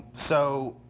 so